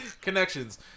connections